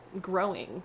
growing